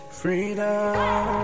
freedom